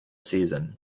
season